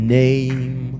name